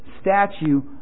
statue